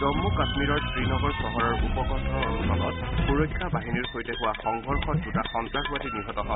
জম্মু কাশ্মীৰৰ শ্ৰীনগৰ চহৰৰ উপকঠ অঞ্চলত সুৰক্ষা বাহিনীৰ সৈতে হোৱা সংঘৰ্ষত দুটা সন্তাসবাদী নিহত হয়